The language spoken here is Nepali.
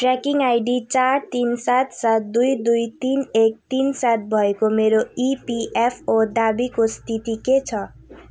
ट्र्याकिङ आइडी चार तिन सात सात दुई दुई तिन एक तिन सात भएको मेरो ई पि एफ ओ दावीको स्थिति के छ